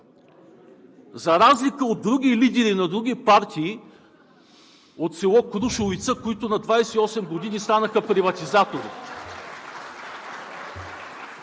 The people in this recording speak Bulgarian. За разлика от други лидери на други партии от село Крушовица, които на 28 години станаха приватизатори.